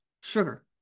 sugar